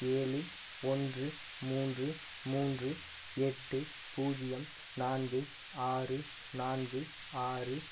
ஏழு ஒன்று மூன்று மூன்று எட்டு பூஜ்ஜியம் நான்கு ஆறு நான்கு ஆறு நான்கு